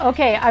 Okay